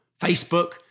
Facebook